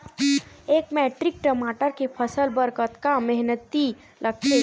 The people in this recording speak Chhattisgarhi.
एक मैट्रिक टमाटर के फसल बर कतका मेहनती लगथे?